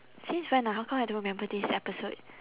since when ah how come I don't remember this episode